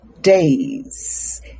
days